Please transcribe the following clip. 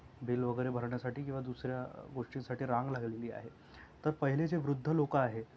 bill वगैरे भरण्यासाठी किंवा दुसऱ्या गोष्टींसाठी रांग लागलेली आहे तर पहिले जे वृद्ध लोक आहेत